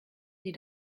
die